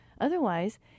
Otherwise